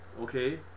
okay